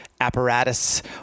apparatus